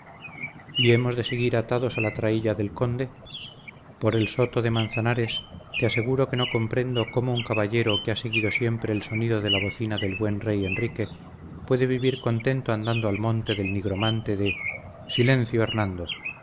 de seguir atados a la traílla del conde por el soto de manzanares te aseguro que no comprendo cómo un caballero que ha seguido siempre el sonido de la bocina del buen rey enrique puede vivir contento andando al monte del nigromante de silencio hernando